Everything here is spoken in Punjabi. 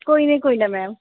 ਕੋਈ ਨਹੀਂ ਕੋਈ ਨਾ ਮੈਮ